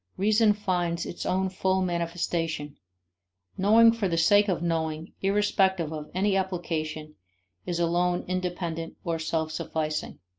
reason finds its own full manifestation knowing for the sake of knowing irrespective of any application is alone independent, or self-sufficing.